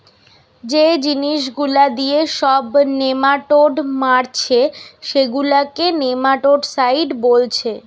যে জিনিস গুলা দিয়ে সব নেমাটোড মারছে সেগুলাকে নেমাটোডসাইড বোলছে